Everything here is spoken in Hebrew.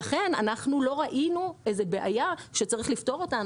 לכן לא ראינו בעיה שצריך לפתור אותה.